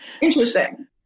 Interesting